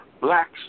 blacks